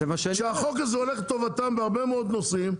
שהחוק הזה הולך לטובתם בהרבה מאוד נושאים.